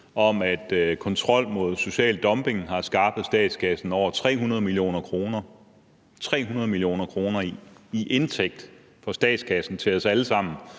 om, at kontrol med social dumping har skaffet statskassen over 300 mio. kr.; altså 300 mio. kr. i indtægt i statskassen til os alle sammen,